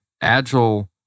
Agile